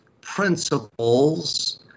principles